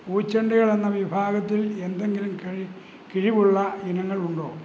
പൂച്ചെണ്ടുകൾ എന്ന വിഭാഗത്തിൽ എന്തെങ്കിലും കിഴിവ് കിഴിവുള്ള ഇനങ്ങൾ ഉണ്ടോ